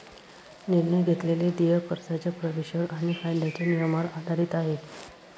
निर्णय घेतलेले देय कर्जाच्या प्रवेशावर आणि कायद्याच्या नियमांवर आधारित आहे